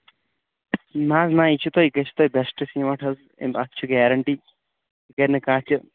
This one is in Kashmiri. نہَ حظ نہَ یہِ چھُ تۄہہِ گٔژھِو تُہۍ بیٚسٹ سیمنٛٹ حظ أمۍ اَتھ چھِ گارنٛٹی یہِ کَرِنہٕ کانٛہہ تہِ